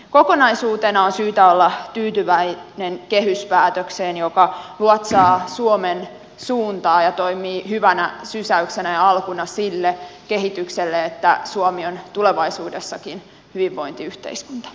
kokonaisuutena on syytä olla tyytyväinen kehyspäätökseen joka luotsaa suomen suuntaa ja toimii hyvänä sysäyksenä ja alkuna sille kehitykselle että suomi on tulevaisuudessakin hyvinvointiyhteiskunta